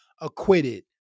acquitted